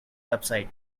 website